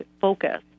focus